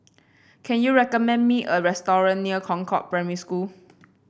can you recommend me a near Concord Primary School